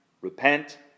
Repent